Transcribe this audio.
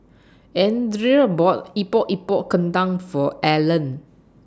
Andrea bought Epok Epok Kentang For Allen